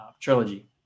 trilogy